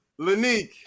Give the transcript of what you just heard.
Lanique